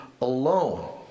alone